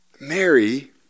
Mary